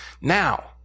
Now